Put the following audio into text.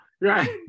Right